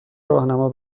راهنما